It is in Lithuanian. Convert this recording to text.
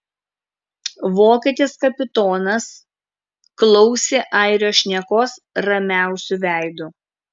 vokietis kapitonas klausė airio šnekos ramiausiu veidu